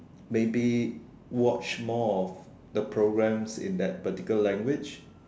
maybe watch more of the programs in that particular language